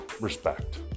respect